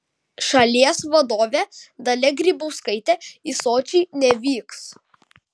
šalies vadovė dalia grybauskaitė į sočį nevyks